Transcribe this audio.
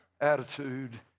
attitude